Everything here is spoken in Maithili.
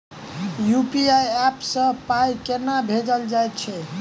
यु.पी.आई ऐप सँ पाई केना भेजल जाइत छैक?